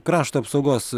krašto apsaugos